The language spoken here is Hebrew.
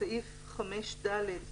בסעיף (5)(ד)